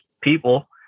people